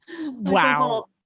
Wow